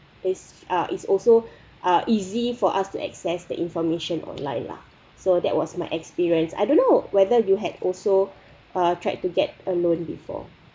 is uh is also uh easy for us to access the information online lah so that was my experience I don't know whether you had also uh tried to get a loan before